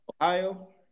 Ohio